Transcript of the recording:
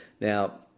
Now